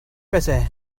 besser